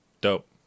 dope